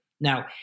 Now